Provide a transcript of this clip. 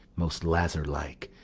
most lazar-like,